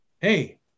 Hey